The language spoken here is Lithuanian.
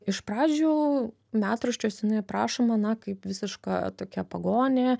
iš pradžių metraščiuose jinai aprašoma na kaip visiška tokia pagonė